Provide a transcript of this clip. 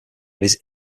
his